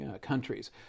countries